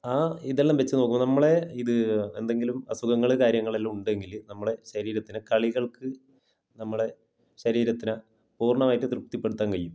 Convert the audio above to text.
ആ ഇതെല്ലം വച്ച് നോക്കുമ്പോൾ നമ്മളെ ഇത് എന്തെങ്കിലും അസുഖങ്ങൾ കാര്യങ്ങളെല്ലാം ഉണ്ടെങ്കിൽ നമ്മളെ ശരീരത്തിന് കളികള്ക്ക് നമ്മളെ ശരീരത്തിനെ പൂര്ണ്ണമായിട്ട് തൃപ്തിപ്പെടുത്താന് കഴിയും